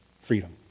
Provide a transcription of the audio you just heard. freedom